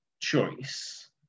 choice